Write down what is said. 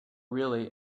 really